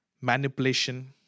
manipulation